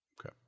Okay